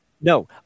No